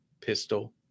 Pistol